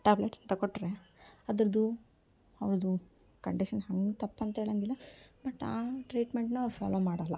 tablets ಅಂತ ಕೊಟ್ಟರೆ ಅದ್ರದ್ದು ಅವ್ರದ್ದು ಕಂಡೀಶನ್ ಹಂಗೆ ತಪ್ಪು ಅಂತೇಳೋಂಗಿಲ್ಲ ಬಟ್ ಆ ಟ್ರೀಟ್ಮೆಂಟ್ನ ಅವ್ರು ಫಾಲೋ ಮಾಡೋಲ್ಲ